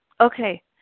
Okay